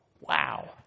Wow